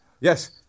Yes